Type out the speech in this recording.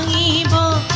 evil